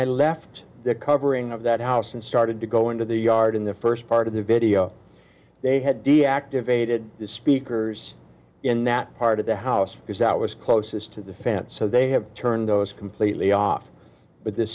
i left the covering of that house and started to go into the yard in the first part of the video they had deactivated the speakers in that part of the house because that was closest to the fan so they have turned those completely off but th